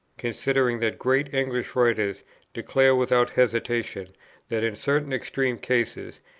considering that great english writers declare without hesitation that in certain extreme cases,